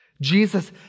Jesus